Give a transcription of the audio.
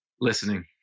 Listening